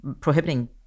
Prohibiting